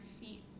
feet